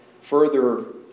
further